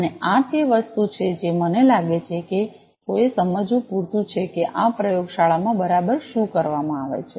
અને આ તે વસ્તુ છે જે મને લાગે છે કે કોઈએ સમજવું પૂરતું છે કે આ પ્રયોગશાળામાં બરાબર શું કરવામાં આવે છે